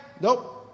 Nope